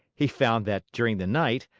he found that, during the night,